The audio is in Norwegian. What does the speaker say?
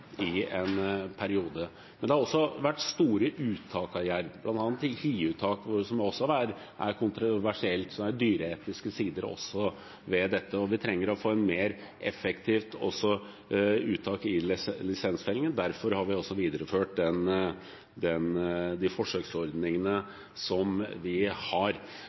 vært store uttak av jerv, bl.a. hiuttak, som er kontroversielt – det er også dyreetiske sider ved dette. Vi trenger å få et mer effektivt uttak i lisensfellingen. Derfor har vi videreført de forsøksordningene vi har. Jeg tror jeg må svare at vi må videreføre den politikken vi har, nemlig at vi har